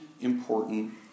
important